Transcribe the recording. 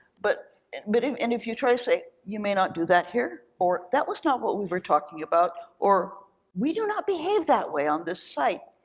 but and but um and if you try to say, you may not do that here, or that was not what we were talking about, or we do not behave that way on this site,